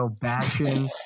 bashing